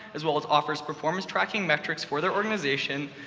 as well as offers performance-tracking metrics for their organization,